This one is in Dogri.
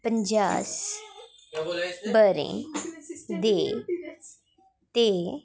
पजांस ब'रे दे ते